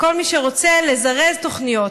כל מי שרוצה לזרז תוכניות.